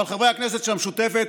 אבל חברי הכנסת של המשותפת,